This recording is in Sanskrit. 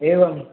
एवम्